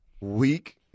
weak